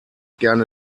gerne